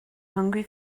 hungry